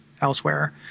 elsewhere